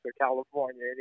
California